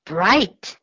Bright